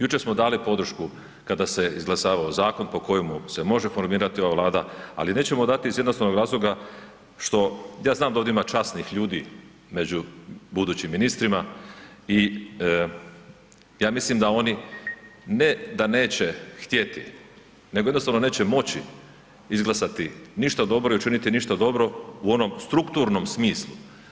Jučer smo dali podršku kada se izglasavao zakon po kojemu se može formirati ova Vlada, ali nećemo dati iz jednostavnog razloga što ja znam da ovdje ima časnih ljudi među budućim ministrima i ja mislim da oni, ne da neće htjeti, nego jednostavno neće moći izglasati ništa dobro i učiniti ništa dobro u onom strukturnom smislu.